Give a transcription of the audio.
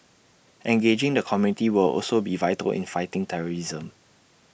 engaging the community will also be vital in fighting terrorism